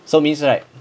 so means right